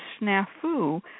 Snafu